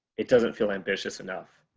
it doesn't feel ambitious enough.